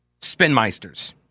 spinmeisters